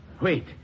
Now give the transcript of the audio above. Wait